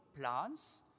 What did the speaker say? plans